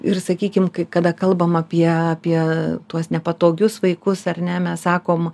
ir sakykim kai kada kalbam apie apie tuos nepatogius vaikus ar ne mes sakom